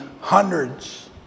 hundreds